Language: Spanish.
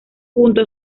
junto